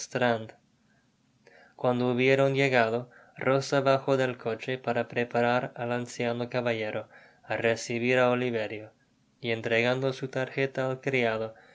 cuando hubieron llegado rosa bajo del coche para preparar al anciano caballero á recibir á oliverio y entregando su tarjeta al criado le